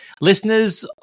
listeners